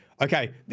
okay